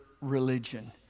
religion